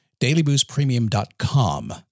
Dailyboostpremium.com